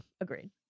Agreed